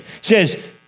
says